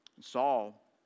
Saul